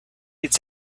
its